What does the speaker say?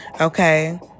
okay